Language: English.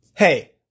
Hey